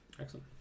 Excellent